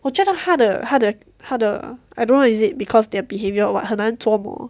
我觉得它的它的它的 I don't know what is it because their behavior or what 很难捉摸